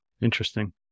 Interesting